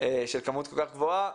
כמות כל כך גדולה.